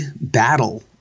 battle